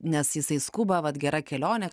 nes jisai skuba vat gera kelionė